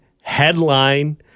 headline